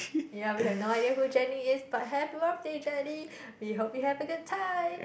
ya we have no idea who Jenny is but happy birthday Jenny we hope you have a good time